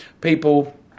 people